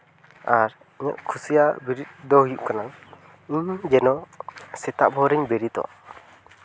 ᱟᱨ ᱤᱧᱟᱹᱜ ᱠᱩᱥᱤᱭᱟᱜ ᱵᱤᱨᱤᱫ ᱫᱚ ᱦᱩᱭᱩᱜ ᱠᱟᱱᱟ ᱤᱧ ᱡᱮᱱᱚ ᱥᱮᱛᱟᱜ ᱵᱷᱳᱨ ᱨᱤᱧ ᱵᱮᱨᱮᱫᱚᱜ